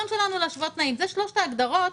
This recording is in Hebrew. אלה שלושת ההגדרות